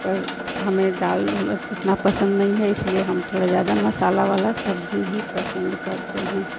पर हमें दाल वाल उतनी पसन्द नहीं है इसलिए हम थोड़ा ज़्यादा मसाला वाली सब्ज़ी ही पसन्द करते हैं